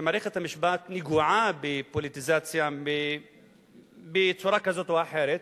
שמערכת המשפט נגועה בפוליטיזציה בצורה כזאת או אחרת,